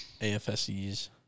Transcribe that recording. AFSEs